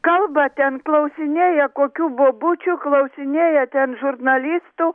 kalba ten klausinėja kokių bobučių klausinėja ten žurnalistų